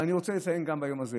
אני רוצה לסיים גם ביום הזה